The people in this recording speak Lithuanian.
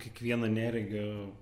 kiekvieno neregio